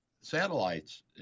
satellites